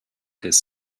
this